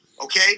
Okay